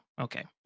okay